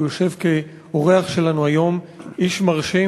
הוא יושב כאורח שלנו היום, איש מרשים,